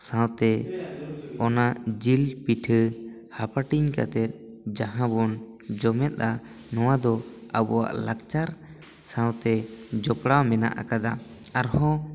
ᱥᱟᱶᱛᱮ ᱚᱱᱟ ᱡᱤᱞ ᱯᱤᱴᱷᱟᱹ ᱦᱟᱯᱟᱴᱤᱧ ᱠᱟᱛᱮ ᱡᱟᱦᱟᱸ ᱵᱚᱱ ᱡᱚᱢᱮᱫᱼᱟ ᱱᱚᱣᱟ ᱫᱚ ᱟᱵᱚᱭᱟᱜ ᱞᱟᱠᱪᱟᱨ ᱥᱟᱶᱛᱮ ᱡᱚᱯᱚᱲᱟᱣ ᱢᱮᱱᱟᱜ ᱟᱠᱟᱫᱟ ᱟᱨᱦᱚᱸ